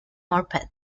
morpeth